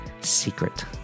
secret